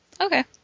Okay